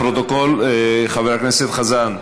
חבר הכנסת חזן,